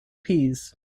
peas